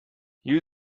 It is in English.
you